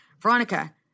Veronica